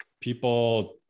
people